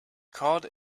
cod